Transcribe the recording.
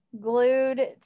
glued